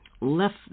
left